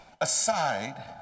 aside